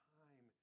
time